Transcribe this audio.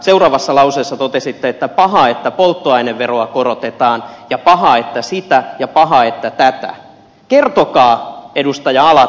seuraavassa lauseessa totesitte että paha että polttoaineveroa korotetaan ja paha että sitä ja paha että tätä